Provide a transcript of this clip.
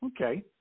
okay